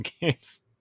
games